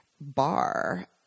bar